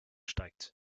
steigt